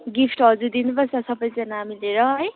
gift हजुर दिनुपर्छ सबैजना मिलेर है